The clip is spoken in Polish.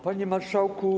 Panie Marszałku!